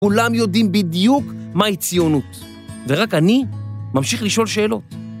‫כולם יודעים בדיוק מהי ציונות, ‫ורק אני ממשיך לשאול שאלות.